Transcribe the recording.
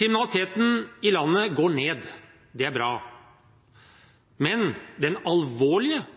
Kriminaliteten i landet går ned. Det er bra. Men den alvorlige,